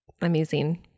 amazing